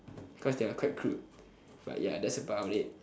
cause they are quite crude but ya that's about it